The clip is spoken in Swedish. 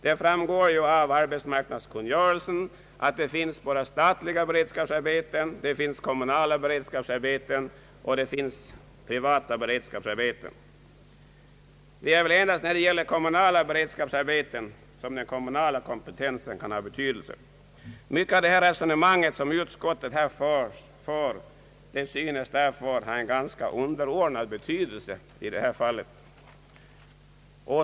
Det framgår av arbetsmarknadskungörelsen att det finns både statliga, kommunala och privata beredskapsarbeten. Det är väl endast beträffande de kommunala som den kommunala kompetensen kan ha betydelse. Mycket av det resonemang som utskottet här har fört synes därför vara av ganska underordnad betydelse.